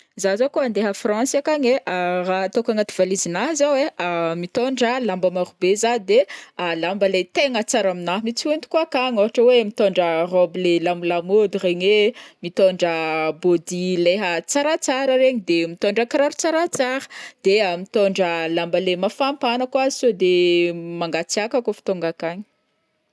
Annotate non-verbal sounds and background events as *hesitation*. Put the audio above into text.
Zah zao kao andeha à France akagny ai, *hesitation* raha ataoko agnaty valise-anahy zao ai: *hesitation* mitondra lamba maro be zah de lamba tegna tsara aminahy mihitsy ihoentiko akagny, ohatra hoe mitondra robe le lamlamody regny e, mitondra body leha tsaratsara regny, mitondra kiraro tsaratsara, de *hesitation* mitondra lamba leha mafampana koa saode mangatsiaka kaof tonga akagny.